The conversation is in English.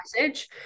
message